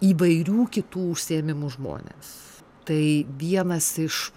įvairių kitų užsiėmimų žmonės tai vienas iš